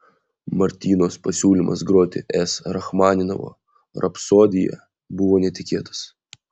martynos pasiūlymas groti s rachmaninovo rapsodiją buvo netikėtas